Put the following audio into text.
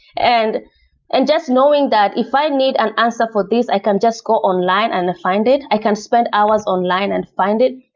and and just knowing that if i need an answer for this, i can just go online and find it. i can spend hours online and find it.